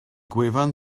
gwefan